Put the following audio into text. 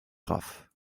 graff